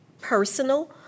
personal